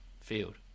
field